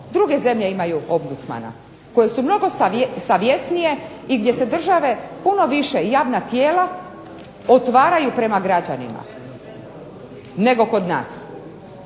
druge zemlje imaju ombudsmana, koje su mnogo savjesnije, i gdje se države puno više javna tijela otvaraju prema građanima, nego kod nas.